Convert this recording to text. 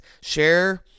Share